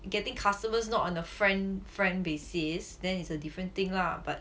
getting customers not on a friend friend basis then is a different thing lah but